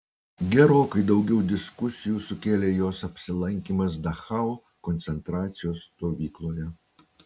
gerokai daugiau diskusijų sukėlė jos apsilankymas dachau koncentracijos stovykloje